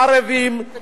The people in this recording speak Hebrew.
לערבים,